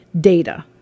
data